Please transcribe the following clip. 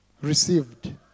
received